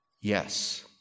Yes